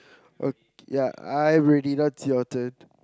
oh ya I ready now it's your turn